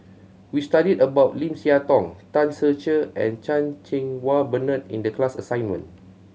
we studied about Lim Siah Tong Tan Ser Cher and Chan Cheng Wah Bernard in the class assignment